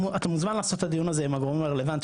אתה מוזמן לעשות את הדיון הזה עם הגורמים הרלוונטיים,